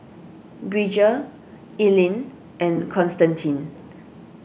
Bridger Ellyn and Constantine